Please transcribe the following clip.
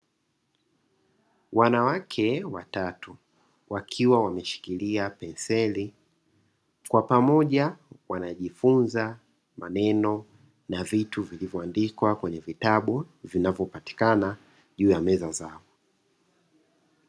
Wanawake watatu wakiwa wameshikilia penseli, kwa pamoja wanajifunza maneno na vitu vilivyoandikwa kwenye vitabu vinavyopatikana juu ya meza zao.